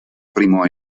primo